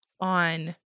on